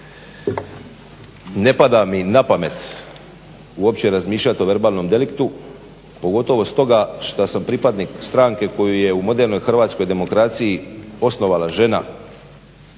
ne pada mi na pamet uopće razmišljat o verbalnom deliktu, pogotovo stoga što sam pripadnik stranke koju je u modernoj hrvatskoj demokraciji osnovala žena